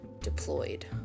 deployed